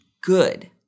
good